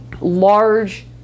large